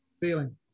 Feeling